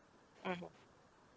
mmhmm